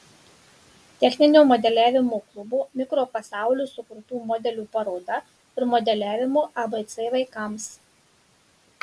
techninio modeliavimo klubo mikropasaulis sukurtų modelių paroda ir modeliavimo abc vaikams